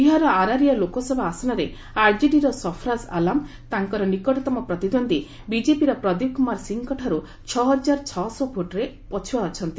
ବିହାରର ଆରାରିଆ ଲୋକସଭା ଆସନରେ ଆର୍ଜେଡିର ସଫରାଜ ଆଲାମ୍ ତାଙ୍କର ନିକଟତମ ପ୍ରତିଦୃନ୍ଦ୍ୱୀ ବିଜେପିର ପ୍ରଦୀପ କୁମାର ସିଂହଙ୍କଠାରୁ ଭୋଟ୍ରେ ପଛୁଆ ଅଛନ୍ତି